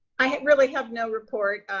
i really have no report,